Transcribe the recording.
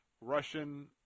Russian